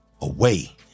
away